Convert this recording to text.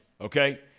Okay